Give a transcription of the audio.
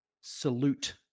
salute